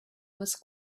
was